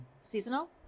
Seasonal